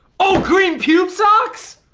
oh, green pube socks?